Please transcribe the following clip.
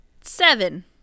Seven